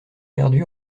perdu